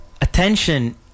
attention